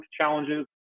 challenges